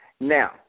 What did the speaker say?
Now